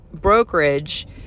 brokerage